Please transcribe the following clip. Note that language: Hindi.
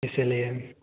इसीलिए